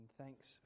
thanks